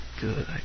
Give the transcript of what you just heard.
good